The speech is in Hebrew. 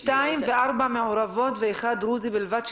זה שתיים וארבע מעורבות ודרוזי אחד בלבד,